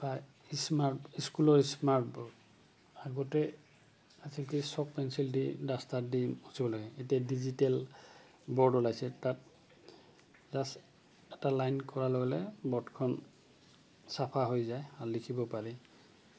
বা স্মাৰ্ট স্কুলৰ smart board আগতে আজকালি চক পেঞ্চিল দি ডাষ্টাৰ দি মচিব লাগে এতিয়া ডিজিটেল ব'ৰ্ড ওলাইছে তাত জাষ্ট এটা লাইন কৰা লগে লগে ব'ৰ্ডখন চাফা হৈ যায় আৰু লিখিব পাৰি